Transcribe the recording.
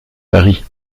paris